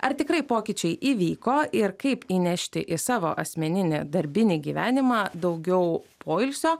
ar tikrai pokyčiai įvyko ir kaip įnešti į savo asmeninį darbinį gyvenimą daugiau poilsio